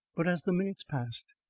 but as the minutes passed,